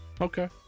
Okay